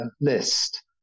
list